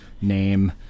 name